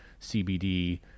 cbd